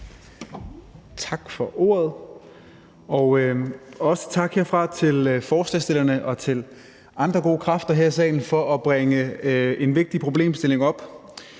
Tak for ordet. Også tak herfra til forslagsstillerne og til andre gode kræfter her i salen for at bringe en vigtig problemstilling op.